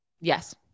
Yes